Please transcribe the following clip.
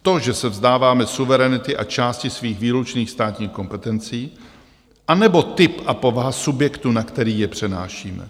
To, že se vzdáváme suverenity a části svých výlučných státních kompetencí, anebo typ a povaha subjektu, na který je přenášíme?